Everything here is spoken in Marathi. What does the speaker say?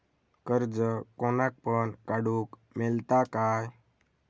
कर्ज कोणाक पण काडूक मेलता काय?